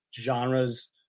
genres